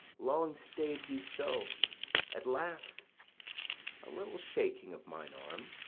long stay'd he so at last a little shaking of mine arm,